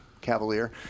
Cavalier